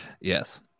yes